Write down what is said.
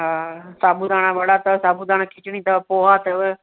हा साबूदाना वड़ा अथव साबूदाना खिचड़ी अथव पोहा अथव